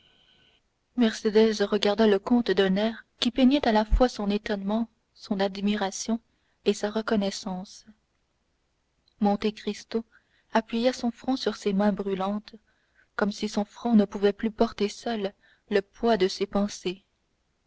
regarda le comte d'un air qui peignait à la fois son étonnement son admiration et sa reconnaissance monte cristo appuya son front sur ses mains brûlantes comme si son front ne pouvait plus porter seul le poids de ses pensées